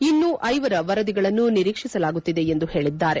ಇನ್ನೂ ಐವರ ವರದಿಗಳನ್ನು ನಿರೀಕ್ಷಿಸಲಾಗುತ್ತಿದೆ ಎಂದು ಹೇಳಿದ್ದಾರೆ